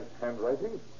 handwriting